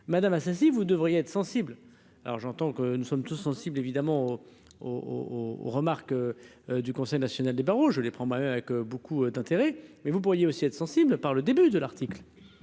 madame Assassi, vous devriez être sensible, alors j'entends que nous sommes tous sensibles évidemment au aux remarques du Conseil national des barreaux, je les prends ma avec beaucoup d'intérêt mais vous pourriez aussi être sensible par le début de l'article